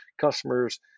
customers